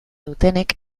dutenek